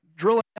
drilling